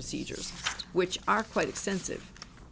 procedures which are quite extensive